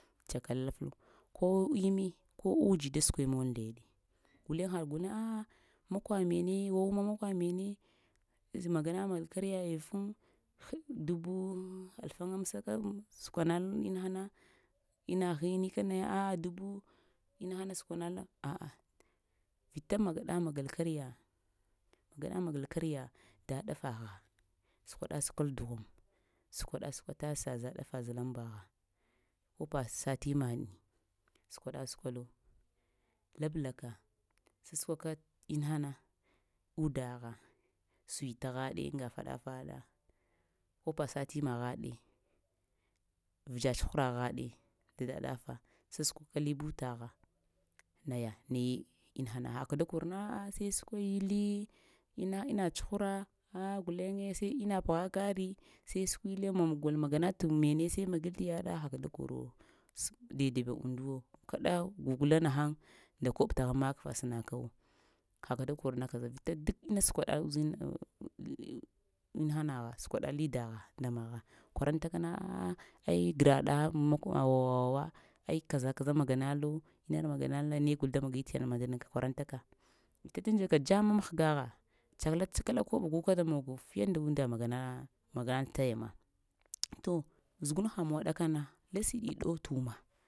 Tsaka-laflo, ko immi ko uji da səkule mol ndeɗe, gulen ha guleŋ a'ah makwa mene wawuma makwa mene magana-maga kariya sam haɗ-dubu alfayamsaka səkwanal inahana ina hini kanaya a'a duba inahana skwanalo a'a vita magaɗa magal kariya magaɗamagal kariya da ɗafagha səkwaɗa səkwal dughum, səkwaɗa-səkwal tasa zə ɗafa zalənmbagha, kopa sətimma ni, səkwaɗa səkwalo lablaka səskwa-ka inahana uddagha, sərita ghaɗe aŋga faɗa-faɗa kopa sa tima ghaɗe vedza tsuhraghaɗe, vita da ɗafa səskwaka li butagha naya, naye inaha, haka da kurna a'a sai səkwai li ina-ina tsuhra ah guleŋe sai ina pəgha karii sai səkwil maŋ gol maganat mene sai magil tə yaɗa haka da korowo səm dai-daibu unduwo kaɗa gugela nahaŋ nda koɓ təhəŋ makfa sənakawo haka dakarna kaza. Vita dək inna səkwaɗalo inahanagha səkwaɗa li dagha nda magha kwarantakana a'a ai dara daɗa aŋ makowa-wa-wawa ai kaza-kaza maganalo ne maganal na ne gol da magi ta yaɗ man mandani? Kə kwarantaka nja njaka dzamma məhgagha tsakala-tsakalaka koɓo guka da mogo fiye nda unnda magana-maga taya ma, to zugunhamuwa ɗakana lasiɗi dowte umma.